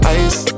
ice